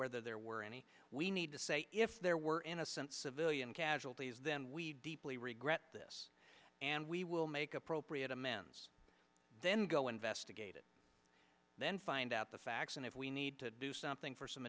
whether there were any we need to say if there were innocent civilian casualties then we deeply regret this and we will make appropriate amends then go investigate it then find out the facts and if we need to do something for some